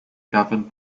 governed